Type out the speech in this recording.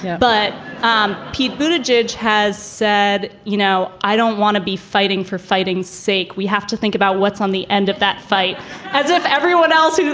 but um pete boonah jej has said, you know, i don't want to be fighting for fighting's sake. we have to think about what's on the end of that fight as if everyone else.